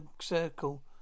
circle